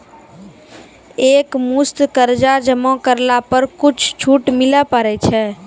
एक मुस्त कर्जा जमा करला पर कुछ छुट मिले पारे छै?